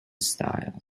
style